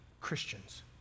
Christians